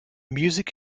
music